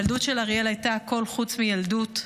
הילדות של אריאל הייתה הכול חוץ מילדות.